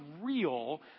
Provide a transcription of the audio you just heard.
real